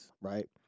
Right